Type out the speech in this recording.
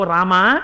Rama